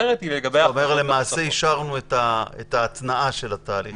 אתה אומר שלמעשה אישרנו את ההתנעה של התהליך הזה.